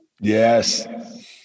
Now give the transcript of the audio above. Yes